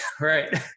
Right